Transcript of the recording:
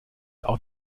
auch